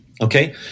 Okay